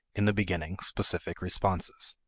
in the beginning, specific responses.